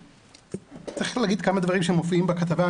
צריך להגיד כמה דברים שמופיעים בכתבה,